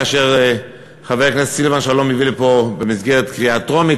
כאשר חבר הכנסת סילבן שלום הביא לפה במסגרת קריאה טרומית,